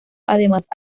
además